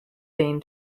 been